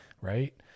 right